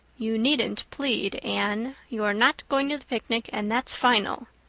you needn't plead, anne. you are not going to the picnic and that's final.